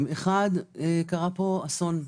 קרה פה אסון,